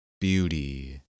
beauty